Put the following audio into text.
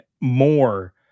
more